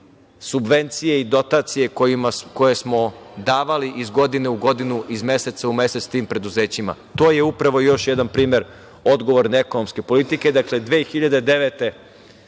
subvencije i dotacije koje smo davali iz godine u godinu, iz meseca u mesec sa tim preduzećima. To je upravo još jedan primer odgovorne ekonomske politike. Dakle, 2009.